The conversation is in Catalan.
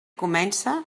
comença